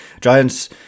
Giants